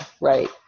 right